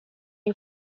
you